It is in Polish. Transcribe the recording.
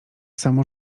samo